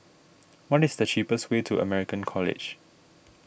what is the cheapest way to American College